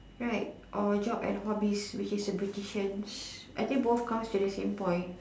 right or job and hobbies which is a beauticians I think both come with the same point